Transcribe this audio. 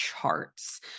charts